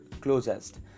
closest